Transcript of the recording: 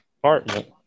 apartment